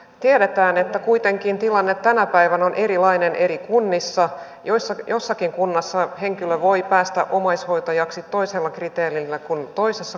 tiedetään että kuitenkin tilannetta aivan erilainen eri kunnissa joissa jossakin kunnassa muutamista parannuksista huolimatta hallinnonalalle kohdistuvat monet kipeät säästöt